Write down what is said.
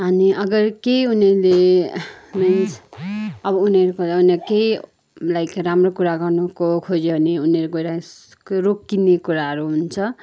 अनि अगर केही उनीहरूले मिन्स अब उनीहरूको केही लाइक राम्रो कुरा गर्नुको खोज्यो भने उहीहरू गएर रोक्किने कुराहरू हुन्छ